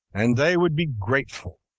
and they would be grateful.